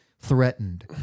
threatened